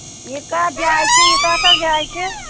یہِ کَتھ جایہِ چھِ یہِ کَتھ حظ جایہِ چھِ